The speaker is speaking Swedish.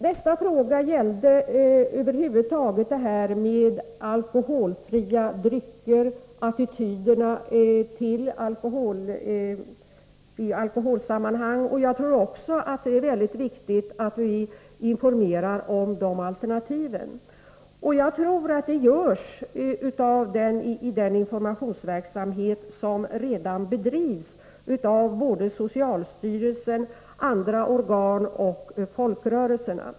Nästa fråga gällde alkoholfria drycker och attityderna i alkoholsammanhang. Jag tror också att det är mycket viktigt att informera om dessa alternativ, och jag tror att det görs i den informationsverksamhet som redan bedrivs av socialstyrelsen, andra organ och folkrörelserna.